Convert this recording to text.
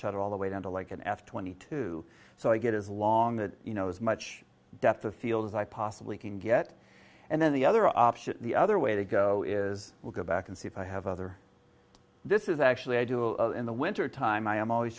shut all the way down to like an f twenty two so i get as long that you know as much depth of field as i possibly can get and then the other option the other way to go is we'll go back and see if i have other this is actually a jewel in the wintertime i am always